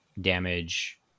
damage